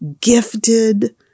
gifted